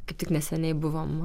kaip tik neseniai buvom